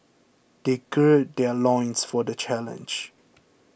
they gird their loins for the challenge